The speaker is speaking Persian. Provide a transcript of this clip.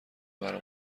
مرا